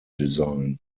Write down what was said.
design